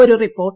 ഒരു റിപ്പോർട്ട്